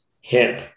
hip